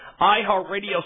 iHeartRadio